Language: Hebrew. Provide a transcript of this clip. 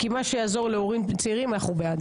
כי מה שיעזור להורים צעירים אנחנו בעד.